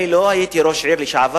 אני לא ראש עיר לשעבר,